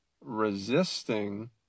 resisting